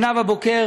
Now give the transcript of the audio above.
לנאוה בוקר